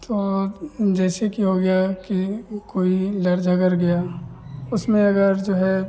तो जैसे कि हो गया कि उ कोई लड़ झगड़ गया उसमें अगर जो है